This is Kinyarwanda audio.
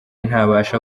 ntabasha